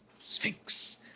Sphinx